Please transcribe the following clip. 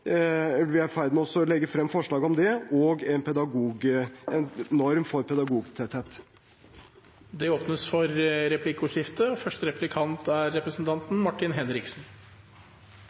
vi er i ferd med å legge frem forslag om det – og en norm for pedagogtetthet. Det åpnes for replikkordskifte.